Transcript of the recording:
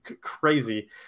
crazy